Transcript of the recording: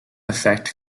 affect